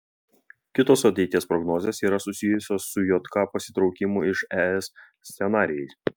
kitos ateities prognozės yra susijusios su jk pasitraukimo iš es scenarijais